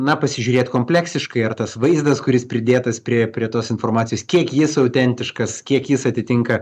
na pasižiūrėt kompleksiškai ar tas vaizdas kuris pridėtas prie prie tos informacijos kiek jis autentiškas kiek jis atitinka